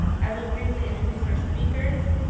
i will briefly introduce our speakers,